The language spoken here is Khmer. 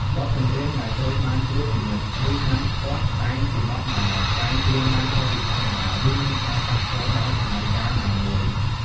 បទចម្រៀងដែលត្រូវបានត្រួតពិនិត្យ ឬហាមឃាត់តែងជាបទដែល តែងច្រៀងឡើងខុសពីធម្មតា ឬមានការប៉ះពាល់ដល់សម័យកាលណាមួយ។